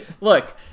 look